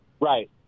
Right